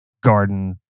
garden